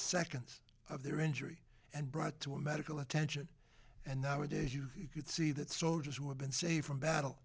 seconds of their injury and brought to a medical attention and nowadays you could see that soldiers who have been safe from battle